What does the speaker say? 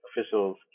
officials